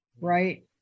right